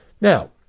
Now